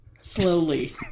Slowly